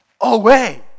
away